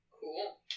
Cool